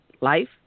Life